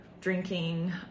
drinking